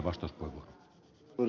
arvoisa puhemies